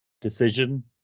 decision